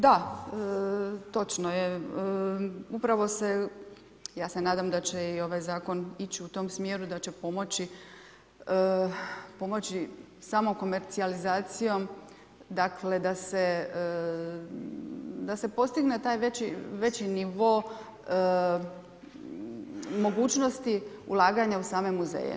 Da, točno je upravo se ja se nadam da će ovaj zakon ići u tom smjeru da će pomoći samo komercijalizacijom da se postigne taj veći nivo mogućnosti ulaganja u same muzeje.